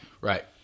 right